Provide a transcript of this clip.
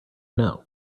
know